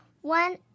one